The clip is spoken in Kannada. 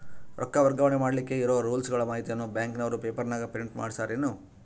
ರೊಕ್ಕ ವರ್ಗಾವಣೆ ಮಾಡಿಲಿಕ್ಕೆ ಇರೋ ರೂಲ್ಸುಗಳ ಮಾಹಿತಿಯನ್ನ ಬ್ಯಾಂಕಿನವರು ಪೇಪರನಾಗ ಪ್ರಿಂಟ್ ಮಾಡಿಸ್ಯಾರೇನು?